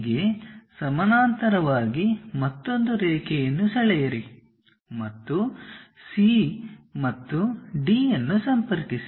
ಗೆ ಸಮಾನಾಂತರವಾಗಿ ಮತ್ತೊಂದು ರೇಖೆಯನ್ನು ಸೆಳೆಯಿರಿ ಮತ್ತು C ಮತ್ತು D ಅನ್ನು ಸಂಪರ್ಕಿಸಿ